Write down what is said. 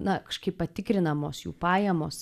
na kažkaip patikrinamos jų pajamos